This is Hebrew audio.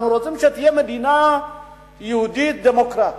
אנחנו רוצים שתהיה מדינה יהודית דמוקרטית.